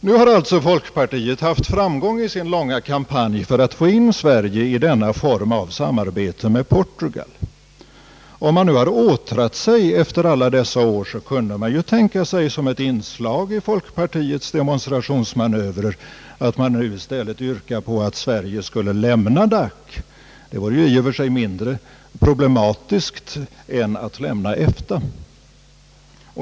Nu har alltså folkpartiet haft framgång i sin långa kampanj för att få in Sverige i detta samarbete med Portugal. Om man nu har åtrat sig efter alla dessa år, kunde man ju tänka sig som ett inslag i folkpartiets demonstrationsmanövrer att man nu i stället yrkade på att Sverige skulle lämna DAC. Det vore i och för sig mindre problematiskt än att lämna EFTA.